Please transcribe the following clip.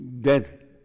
dead